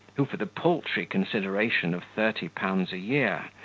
who, for the paltry consideration of thirty pounds a year,